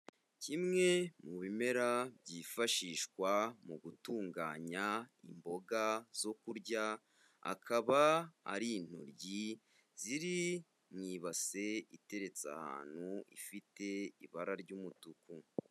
Kimwe mu bimera byifashishwa mu gutunganya imboga zo kurya, akaba ari intoryi ziri mu ibase iteretse ahantu ifite ibara ry'umutuku.